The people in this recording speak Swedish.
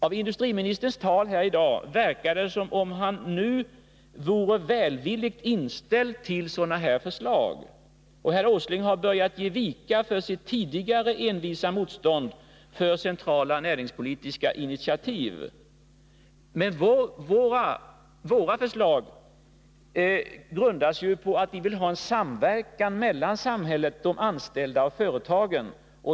Avindustriministerns tal här i dag verkar det som om han nu vore välvilligt inställd till sådana förslag. Herr Åsling har börjat vika från sitt tidigare envisa motstånd mot centrala näringspolitiska initiativ. Men våra förslag grundar sig på att vi vill ha en samverkan mellan samhället, de anställda och företagen.